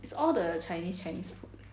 it's all the chinese chinese food